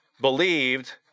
believed